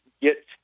get